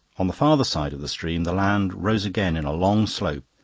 on the farther side of the stream the land rose again in a long slope,